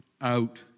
out